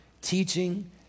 teaching